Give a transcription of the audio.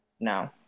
No